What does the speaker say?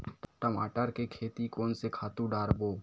टमाटर के खेती कोन से खातु डारबो?